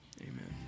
amen